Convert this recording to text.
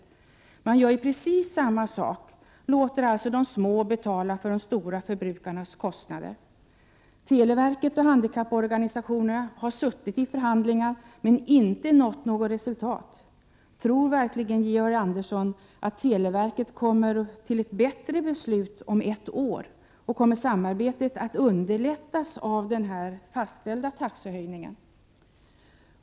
Televerket gör ju precis samma sak: låter de små betala de stora förbrukarnas kostnader. Televerket och handikapporganisationerna har suttit i förhandlingar men inte nått något resultat. Tror verkligen Georg Andersson att televerket kommer till ett bättre resultat om ett år? Kommer samarbetet att underlättas av den nu fastställda taxehöjningen?